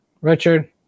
Richard